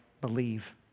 believe